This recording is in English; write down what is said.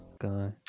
guy